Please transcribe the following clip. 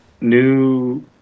New –